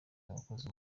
abakozi